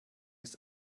ist